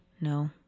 No